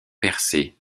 percés